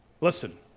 listen